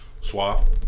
Swap